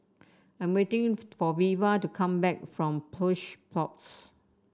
I am waiting for Veva to come back from Plush Pods